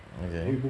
okay